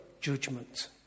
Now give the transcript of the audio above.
judgment